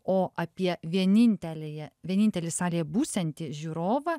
o apie vienintelėje vienintelį salėje būsiantį žiūrovą